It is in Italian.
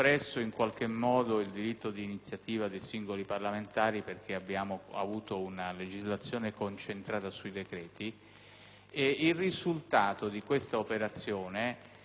il risultato di questa operazione è paradossale, nel senso che per bilanciamento vengono rigonfiati, crescendo a dismisura,